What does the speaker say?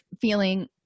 feeling